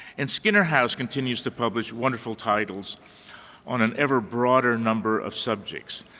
and skinner house continues to publish wonderful titles on an ever broader number of subjects.